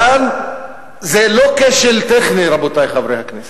כאן זה לא כשל טכני, רבותי חברי הכנסת.